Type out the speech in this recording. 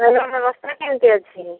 ରହିବା ବ୍ୟବସ୍ଥା କେମିତି ଅଛି